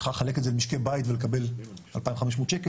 אפשר לחלק את זה במשקי בית ולקבל 2,500 שקל,